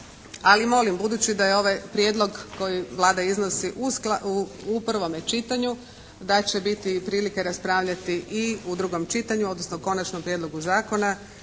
Ali molim, budući da je ovaj prijedlog koji Vlada iznosi u prvome čitanju da će biti i prilike raspravljati i u drugom čitanju, odnosno u konačnom prijedlogu zakona.